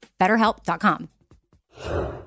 BetterHelp.com